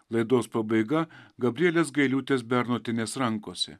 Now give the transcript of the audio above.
laidos pabaiga gabrielės gailiūtės bernotienės rankose